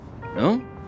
No